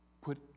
put